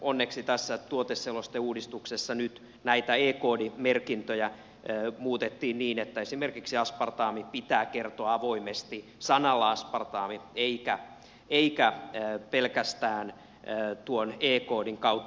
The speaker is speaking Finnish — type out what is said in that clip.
onneksi tässä tuoteselosteuudistuksessa nyt näitä e koodimerkintöjä muutettiin niin että esimerkiksi aspartaami pitää kertoa avoimesti sanalla aspartaami eikä pelkästään tuon e koodin kautta